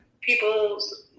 people's